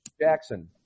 Jackson